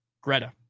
Greta